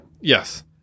Yes